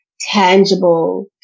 tangible